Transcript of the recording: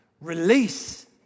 Release